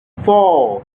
four